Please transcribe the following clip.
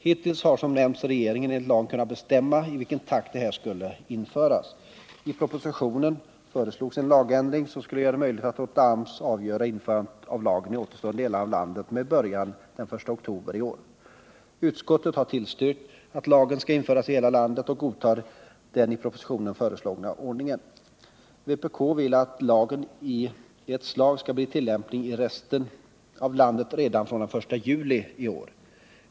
Hittills har som nämnts regeringen enligt lagen kunnat bestämma i vilken takt lagen skall införas i landet. I propositionen föreslås en lagändring som skall göra det möjligt att låta AMS avgöra införande av lagen i återstående delar av landet med början den 1 oktober i år. Utskottet har tillstyrkt att lagen skall införas i hela landet och godtar den i propositionen föreslagna ordningen. Vpk vill att lagen i ett slag skall bli tillämplig i resten av landet redan från den 1 juli i år.